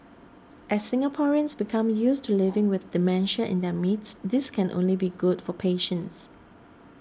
as Singaporeans become used to living with dementia in their midst this can only be good for patients